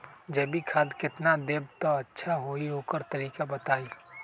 जैविक खाद केतना देब त अच्छा होइ ओकर तरीका बताई?